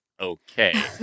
okay